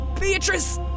Beatrice